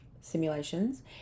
simulations